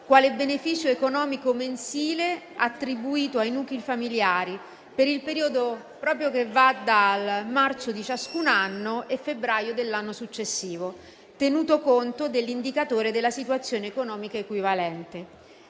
quale beneficio economico mensile attribuito ai nuclei familiari per il periodo proprio che va dal marzo di ciascun anno a febbraio dell'anno successivo, tenuto conto dell'Indicatore della situazione economica equivalente.